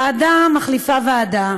ועדה מחליפה ועדה,